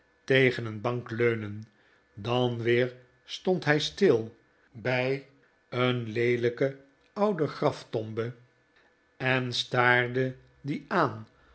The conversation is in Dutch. tegen een bank leunen dan weer stond hij stil bij een leelijke oude graftombe en staarde die aan